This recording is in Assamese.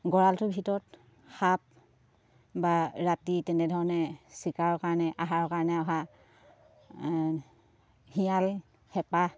গঁৰালটোৰ ভিতৰত সাপ বা ৰাতি তেনেধৰণে চিকাৰৰ কাৰণে আহাৰৰ কাৰণে অহা শিয়াল হেপা